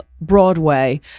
Broadway